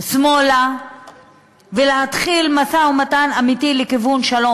שמאלה ולהתחיל משא-ומתן אמיתי לכיוון שלום.